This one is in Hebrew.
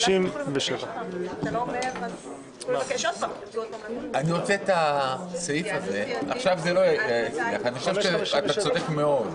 התאריך 16/3 ולגבי ההצבעות בהתייעצות סיעתית עד